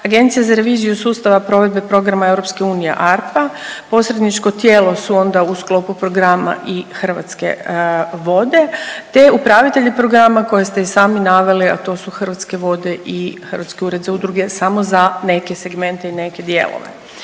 Agencija za reviziju sustava provedbe Programa EU ARPA, posredničko tijelo su onda u sklopu programa i Hrvatske vode, te upravitelji programa koje ste i sami naveli, a to su Hrvatske vode i Hrvatski ured za udruge samo za neke segmente i neke dijelove.